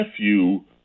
nephew